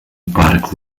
parque